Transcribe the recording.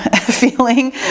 feeling